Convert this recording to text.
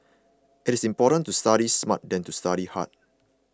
it is more important to study smart than to study hard